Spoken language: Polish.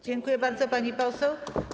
Dziękuję bardzo, pani poseł.